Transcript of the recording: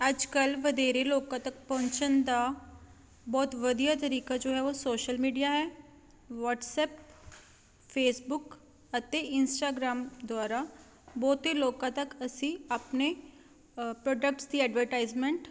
ਅੱਜ ਕੱਲ੍ਹ ਵਧੇਰੇ ਲੋਕਾਂ ਤੱਕ ਪਹੁੰਚਣ ਦਾ ਬਹੁਤ ਵਧੀਆ ਤਰੀਕਾ ਜੋ ਹੈ ਉਹ ਸੋਸ਼ਲ ਮੀਡੀਆ ਹੈ ਵਟਸਅਪ ਫੇਸਬੁੱਕ ਅਤੇ ਇੰਸਟਾਗਰਾਮ ਦੁਆਰਾ ਬਹੁਤੇ ਲੋਕਾਂ ਤੱਕ ਅਸੀਂ ਆਪਣੇ ਪ੍ਰੋਡਕਟਸ ਦੀ ਐਡਵਰਟਾਈਜਮੈਂਟ